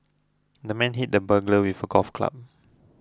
the man hit the burglar with a golf club